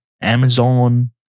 Amazon